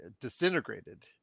disintegrated